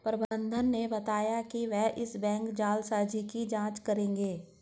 प्रबंधक ने बताया कि वो इस बैंक जालसाजी की जांच करेंगे